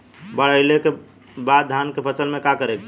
बाढ़ आइले के बाद धान के फसल में का करे के चाही?